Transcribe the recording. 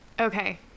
okay